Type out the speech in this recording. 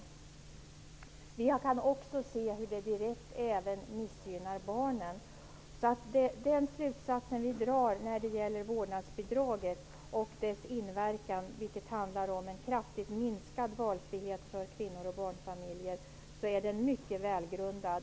Men vi kan också se hur det direkt missgynnar barnen. Den slutsats som vi drar beträffande vårdnadsbidragets inverkan, dvs. att det kraftigt minskar valfriheten för kvinnor och barnfamiljer, är mycket välgrundad.